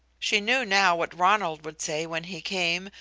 she knew now what ronald would say when he came,